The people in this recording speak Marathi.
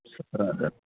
सतरा हजार